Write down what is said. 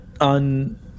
on